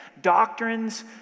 Doctrines